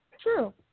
true